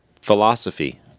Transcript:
philosophy